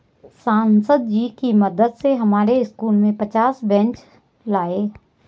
सांसद जी के मदद से हमारे स्कूल में पचास बेंच लाए